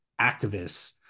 activists